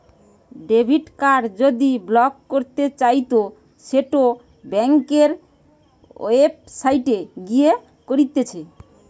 debit card যদি block করতে চাইতো সেটো ব্যাংকের ওয়েবসাইটে গিয়ে করতিছে